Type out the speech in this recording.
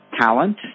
talent